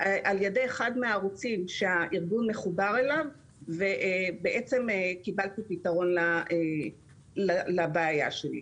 על ידי אחד מהערוצים שהארגון מחובר אליו ובעצם קיבלתי פתרון לבעיה שלי.